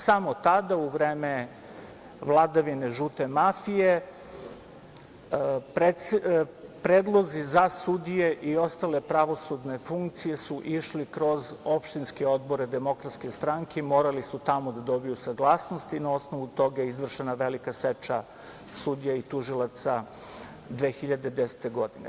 Samo tada u vreme vladavine žute mafije predlozi za sudije i ostale pravosudne funkcije su išli kroz opštinske odbore DS i morali su tamo da dobiju saglasnost i na osnovu toga je izvršena velika seča sudija i tužilaca 2010. godine.